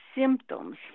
symptoms